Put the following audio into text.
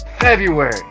February